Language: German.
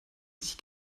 sich